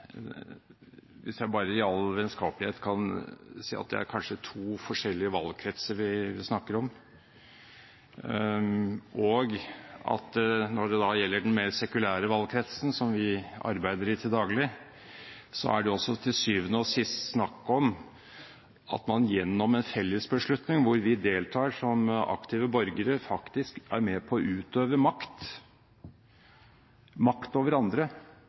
kanskje to forskjellige valgkretser vi snakker om, og at når det gjelder den mer sekulære valgkretsen som vi arbeider i til daglig, er det også til syvende og sist snakk om at man gjennom en felles beslutning hvor vi deltar som aktive borgere, faktisk er med på å utøve makt, makt